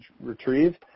retrieve